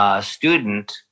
Student